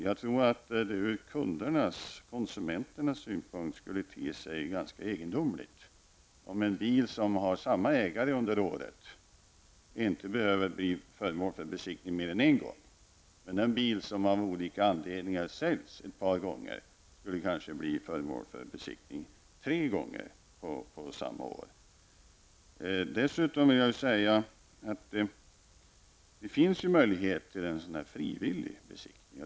Jag tror att det ur kundernas -- konsumenternas -- synpunkt skulle te sig ganska egendomligt om en bil som har samma ägare under året inte behöver bli föremål för besiktning mer än en gång, medan en bil som av olika anledningar säljs ett par gånger skulle kanske bli föremål för besiktning tre gånger under samma år. Dessutom finns det möjlighet till en frivillig besiktning.